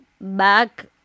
back